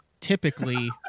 typically